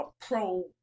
pro